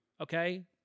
okay